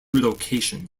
location